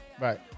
Right